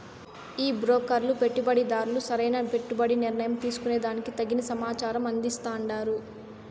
ఈ బ్రోకర్లు పెట్టుబడిదార్లు సరైన పెట్టుబడి నిర్ణయం తీసుకునే దానికి తగిన సమాచారం అందిస్తాండారు